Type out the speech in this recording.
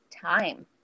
time